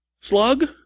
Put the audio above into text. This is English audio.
Slug